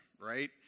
right